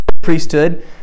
priesthood